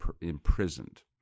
imprisoned